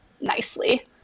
nicely